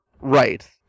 Right